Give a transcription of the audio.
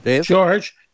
George